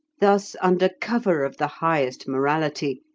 thus, under cover of the highest morality,